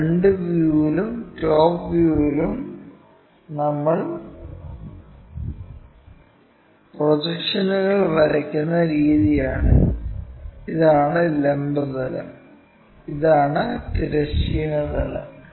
front വ്യൂവിലും top വ്യൂവിലും നമ്മൾ പ്രൊജക്ഷനുകൾ വരയ്ക്കുന്ന രീതിയാണിത് ഇതാണ് ലംബ തലം ഇതാണ് തിരശ്ചീന തലം